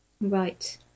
Right